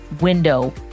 window